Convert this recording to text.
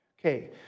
Okay